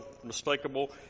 unmistakable